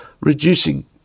reducing